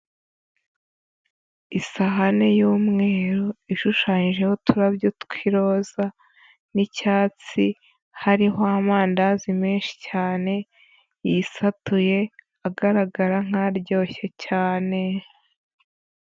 Isahani y'umweru ishushanyijeho uturabyo tw'iroza n'icyatsi, hariho amandazi menshi cyane yisatuye, agaragara nk'aryoshye cyane.